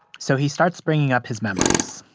so he starts bringing up his memories,